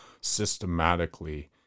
systematically